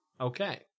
Okay